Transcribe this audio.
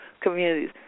communities